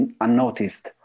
unnoticed